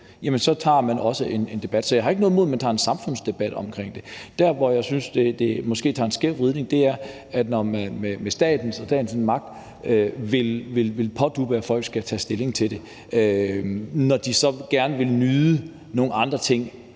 tager man også en debat. Jeg har ikke noget imod, at man tager en samfundsdebat om det. Der, hvor jeg måske synes, at det får en skæv drejning, er, når man med staten og statens magt vil pådutte folk at skulle tage stilling til det, når de så gerne vil nyde nogle andre ting,